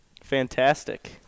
Fantastic